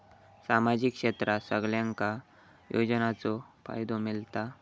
सामाजिक क्षेत्रात सगल्यांका योजनाचो फायदो मेलता?